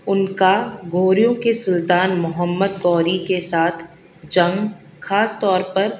ان کا غوریوں کے سلطان محمد غوری کے ساتھ جنگ خاص طور پر